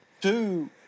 two